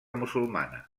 musulmana